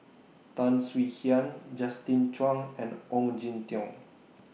Tan Swie Hian Justin Zhuang and Ong Jin Teong